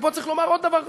ופה צריך לומר עוד דבר.